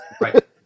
Right